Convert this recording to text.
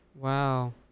Wow